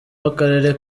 w’akarere